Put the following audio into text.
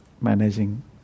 managing